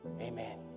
Amen